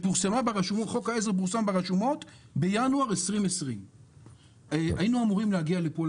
וחוק העזר פורסם ברשומות בינואר 2020. היינו אמורים להגיע לפה,